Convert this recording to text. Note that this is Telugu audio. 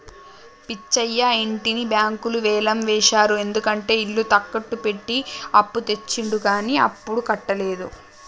పిచ్చయ్య ఇంటిని బ్యాంకులు వేలం వేశారు ఎందుకంటే ఇల్లు తాకట్టు పెట్టి అప్పు తెచ్చిండు కానీ అప్పుడు కట్టలేదు